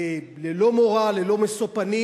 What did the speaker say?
ללא מורא, ללא משוא פנים.